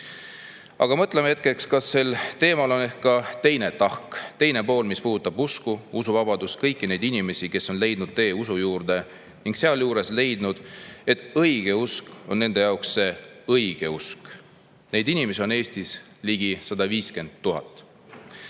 mõtleme hetkeks, kas sel teemal on ehk ka teine tahk, teine pool, mis puudutab usku, usuvabadust, kõiki neid inimesi, kes on leidnud tee usu juurde ning sealjuures leidnud, et õigeusk on nende jaoks see õige usk. Neid inimesi on Eestis ligi 150 000.